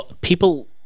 people